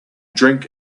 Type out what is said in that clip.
drink